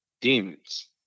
demons